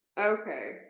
Okay